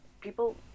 people